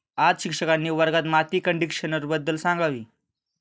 आज शिक्षकांनी वर्गात माती कंडिशनरबद्दल सांगावे